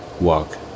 walk